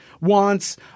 wants